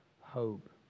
hope